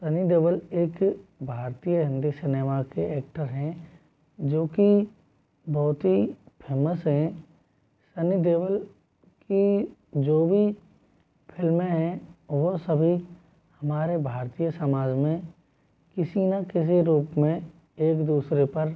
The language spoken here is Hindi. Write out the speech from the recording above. सनी देओल एक भारतीय हिंदी सिनेमा के एक्टर हैं जो कि बहुत ही फ़ेमस हैं सनी देओल की जो भी फिल्में हैं वह सभी हमारे भारतीय समाज में किसी न किसी रूप में एक दूसरे पर